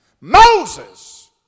Moses